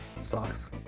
Sucks